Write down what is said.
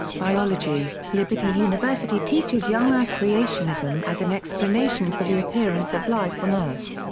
biology liberty university teaches young earth creationism as an explanation for the appearance of life on earth.